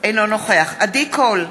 אינו נוכח עדי קול,